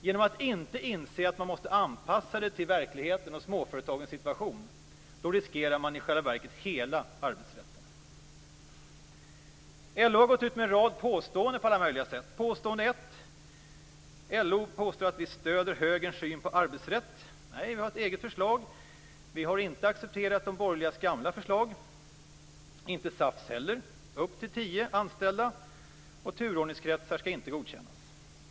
Genom att inte inse att man måste anpassa arbetsrättsreglerna till verkligheten och småföretagens situation, riskerar man i själva verket hela arbetsrätten. LO har gått ut med en rad påståenden på alla möjliga sätt. Påstående ett: LO påstår att vi stöder högerns syn på arbetsrätten. Nej, vi har ett eget förslag. Vi har inte accepterat de borgerliga partiernas gamla förslag och inte SAF:s heller. Vårt förslag handlar om upp till tio anställda, och turordningskretsar skall inte godkännas.